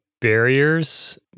barriers